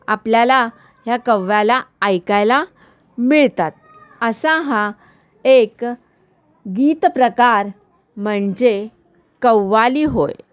आपल्याला ह्या कव्वाल्या ऐकायला मिळतात असा हा एक गीत प्रकार म्हणजे कव्वाली होय